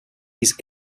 his